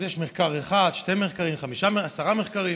אז יש מחקר אחד, שני מחקרים, עשרה מחקרים,